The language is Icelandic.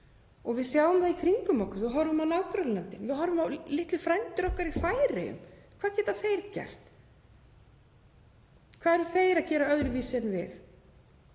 og við sjáum það í kringum okkur, þegar við horfum á nágrannalöndin, þegar við horfum á litlu frændur okkar í Færeyjum: Hvað geta þeir gert? Hvað eru þeir að gera öðruvísi en við?